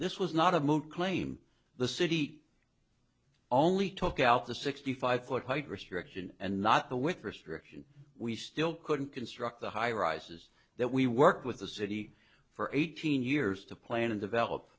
this was not a moot claim the city only took out the sixty five foot height restriction and not the with restrictions we still couldn't construct the highrises that we worked with the city for eighteen years to plan and develop